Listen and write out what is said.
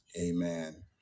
amen